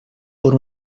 por